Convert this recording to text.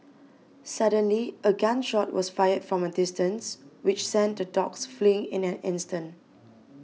suddenly a gun shot was fired from a distance which sent the dogs fleeing in an instant